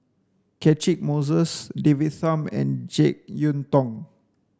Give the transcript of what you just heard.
Catchick Moses David Tham and Jek Yeun Thong